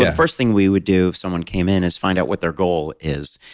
yeah first thing we would do if someone came in is find out what their goal is.